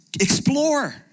Explore